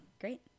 great